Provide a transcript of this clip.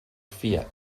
fiat